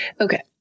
okay